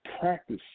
practice